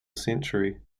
century